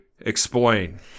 Explain